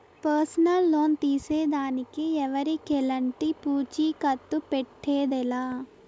personal loan తీసేదానికి ఎవరికెలంటి పూచీకత్తు పెట్టేదె లా